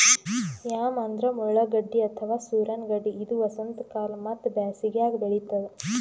yam ಅಂದ್ರ ಮುಳ್ಳಗಡ್ಡಿ ಅಥವಾ ಸೂರಣ ಗಡ್ಡಿ ಇದು ವಸಂತಕಾಲ ಮತ್ತ್ ಬ್ಯಾಸಿಗ್ಯಾಗ್ ಬೆಳಿತದ್